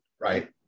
right